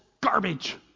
garbage